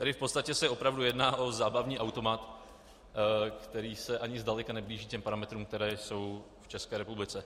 Tedy v podstatě se opravdu jedná o zábavní automat, který se ani zdaleka neblíží parametrům, které jsou v České republice.